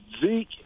Zeke